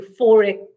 euphoric